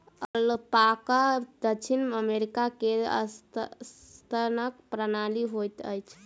alpaca दक्षिण America के सस्तन प्राणी होइत अछि